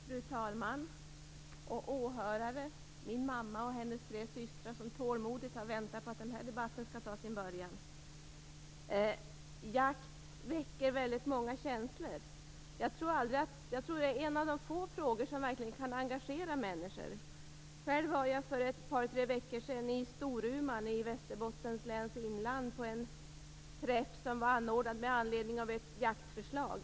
Fru talman och åhörare, inte minst min mamma och hennes tre systrar som tålmodigt har väntat på att den här debatten skall ta sin början! Jakt väcker väldigt många känslor. Jag tror att det är en av de få frågor som verkligen kan engagera människor. Själv var jag för ett par tre veckor sedan i Storuman i Västerbottens läns inland på en träff som var anordnad med anledning av ett jaktförslag.